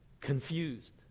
confused